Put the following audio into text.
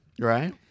Right